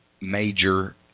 major